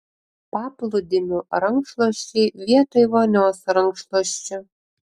paplūdimio rankšluosčiai vietoj vonios rankšluosčių